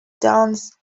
dunes